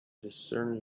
discern